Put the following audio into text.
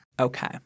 Okay